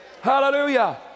Hallelujah